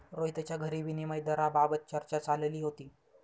रोहितच्या घरी विनिमय दराबाबत चर्चा चालली होती